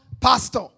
Pastor